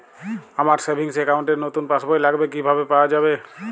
আমার savings account র নতুন পাসবই লাগবে কিভাবে পাওয়া যাবে?